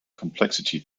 complexity